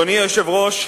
אדוני היושב-ראש,